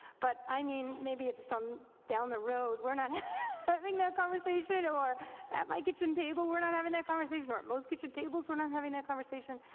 but i mean maybe just um down the road, we're not that conversation, or at my kitchen table we're not having that conversation, or most kitchen tables, we're not having that conversation.